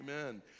Amen